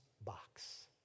box